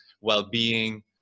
well-being